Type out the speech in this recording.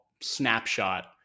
snapshot